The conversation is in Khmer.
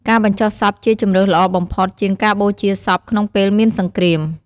ការបញ្ចុះសពជាជម្រើសល្អបំផុតជាងការបូជាសព ក្នុងពេលមានសង្គ្រាម។